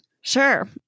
Sure